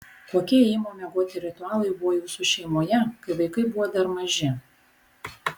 kokie ėjimo miegoti ritualai buvo jūsų šeimoje kai vaikai buvo dar maži